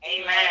Amen